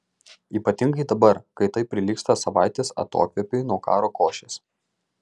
ypatingai dabar kai tai prilygsta savaitės atokvėpiui nuo karo košės